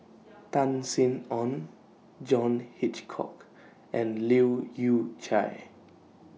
Tan Sin Aun John Hitchcock and Leu Yew Chye